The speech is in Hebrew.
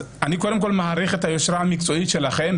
אני מעריך את היושרה המקצועית שלכם,